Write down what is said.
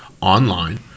online